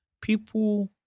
People